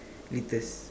litres